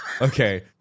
Okay